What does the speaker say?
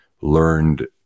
learned